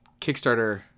Kickstarter